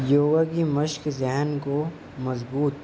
یوگا کی مشق ذہن کو مضبوط